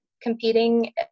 competing